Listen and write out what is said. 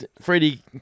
Freddie